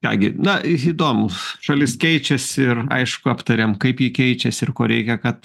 ką gi na įdomu šalis keičiasi ir aišku aptarėm kaip ji keičiasi ir ko reikia kad